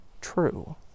true